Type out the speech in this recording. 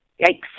Yikes